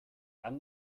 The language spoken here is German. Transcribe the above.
dann